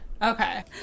Okay